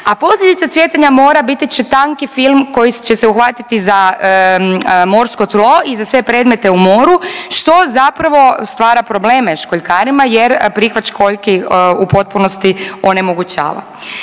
a posljedica cvjetanja mora biti će tanki film koji će se uhvatiti za morsko tlo i za sve predmete u moru što zapravo stvara probleme školjkarima jer prihvat školjki u potpunosti onemogućava.